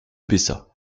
baissa